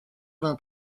vingt